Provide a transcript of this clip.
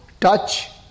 touch